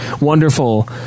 Wonderful